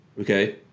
Okay